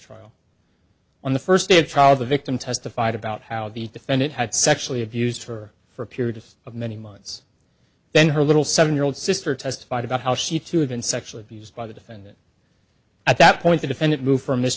mistrial on the first day of trial the victim testified about how the defendant had sexually abused her for a period of many months then her little seven year old sister testified about how she too had been sexually abused by the defendant at that point the defendant moved for mis